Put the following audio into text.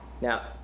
Now